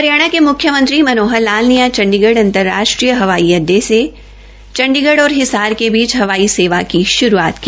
हरियाणा के मुख्यमंत्री श्री मनोहर लाल ने आज चंडीगढ़ अंतर्राष्ट्रीय हवाई अड़डे से चंडीगढ़ और हिसार के बीच हवाई सेवा की शुरुआत की